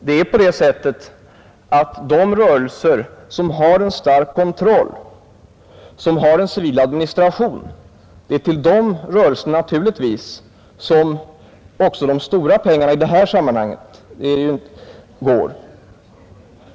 Det är naturligtvis till de rörelser som har en stark kontroll, som har en civil administration som de stora pengarna i detta sammanhang går.